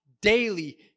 daily